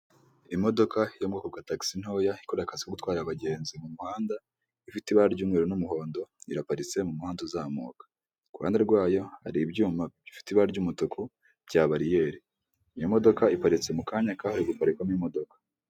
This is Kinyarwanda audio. Imodoka yo mu bwoko bwa tagisi ntoya ikora akazi ko gutwara abagenzi mu muhanda; ifite ibara ry'umweru n'umuhondo iraparitse mu muhanda uzamuka; kuruhande rwayo hari ibyuma bifite ibara ry'umutuku bya bariyeri; iyo modoka iparitse mu kanya kahawe guparikwamo imodoka.